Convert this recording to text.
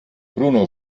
bruno